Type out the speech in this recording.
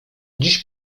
dziś